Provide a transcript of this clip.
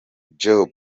job